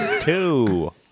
Two